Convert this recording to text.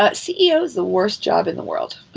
but ceo is the worst job in the world.